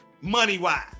Money-wise